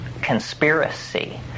conspiracy